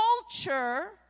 culture